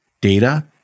data